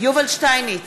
יובל שטייניץ,